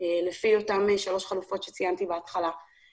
לפי אותן שלוש חלופות שציינתי בהתחלה.